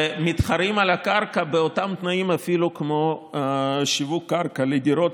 ומתחרות על הקרקע באותם התנאים אפילו כמו שיווק קרקע לדירות